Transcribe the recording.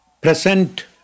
present